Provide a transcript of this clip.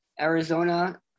Arizona